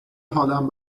حالم